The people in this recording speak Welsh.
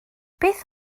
beth